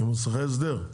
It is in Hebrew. מוסכי הסדר.